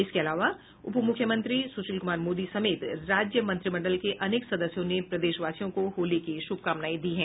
इसके अलावा उपमुख्यमंत्री सुशील कुमार मोदी समेत राज्य मंत्रिमंडल के अनेक सदस्यों ने प्रदेशवासियों को होली की शुभकामनाएं दी हैं